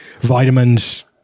vitamins